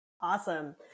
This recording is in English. Awesome